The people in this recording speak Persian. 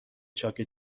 چاک